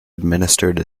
administered